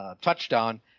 touchdown